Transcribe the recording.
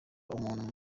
umuntu